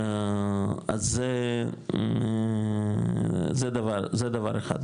אז זה דבר אחד.